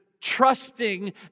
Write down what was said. trusting